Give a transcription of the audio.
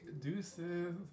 deuces